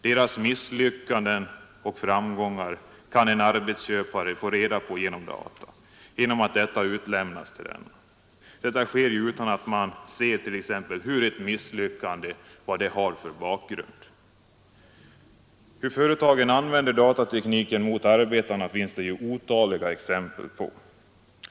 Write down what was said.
Deras misslyckanden och framgångar kan en arbetsköpare få reda på genom data, genom att dessa utlämnas till denne. Detta sker ju utan att man ser till vad t.ex. misslyckanden har för bakgrund. Hur företagen använder datatekniken mot arbetarna finns det ju otaliga exempel på.